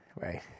Right